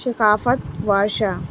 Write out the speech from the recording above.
ثقافت وارشہ